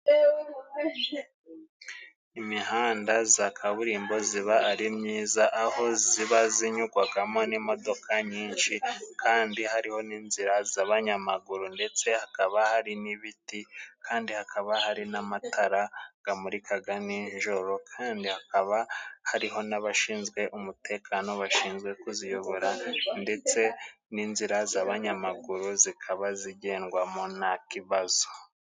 Imihanda za kaburimbo ziba ari myiza, aho ziba zinyugwagamo n'imodoka nyinshi kandi hariho n'inzira z'abanyamaguru ndetse hakaba hari n'ibiti kandi hakaba hari n'amatara gamurikaga nijoro kandi hakaba hariho n'abashinzwe umutekano bashinzwe kuziyobora ndetse n'inzira z'abanyamaguru zikaba zigendwamo na kibazo.